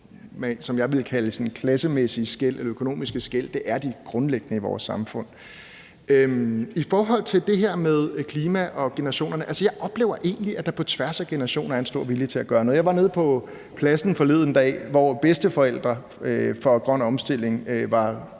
som jeg vil kalde sådan klassemæssige eller økonomiske skel, er de grundlæggende skel i vores samfund. I forhold til det her med klimaet og generationerne vil jeg sige, at jeg egentlig oplever, at der på tværs af generationer er en stor vilje til at gøre noget. Jeg var nede på pladsen forleden dag, hvor bedsteforældre for grøn omstilling var